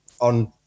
on